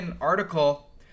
article